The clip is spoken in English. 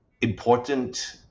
important